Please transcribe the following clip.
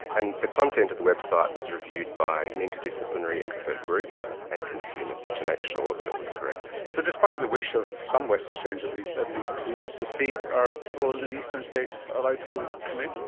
and the content of the website was reviewed by an interdisciplinary expert group and consumers to make sure that it was correct. so despite the wish of some western australians at least at least to secede, are people in the eastern states allowed to come in?